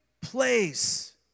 place